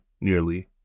nearly